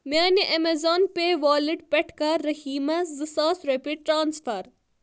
میانہِ Amazon Pay wallet پٮ۪ٹھٕ کَر رٔحیٖمس زٕ ساس رۄپیہِ ٹرانسفر